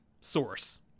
source